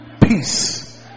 peace